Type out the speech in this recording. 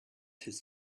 his